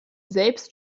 selbst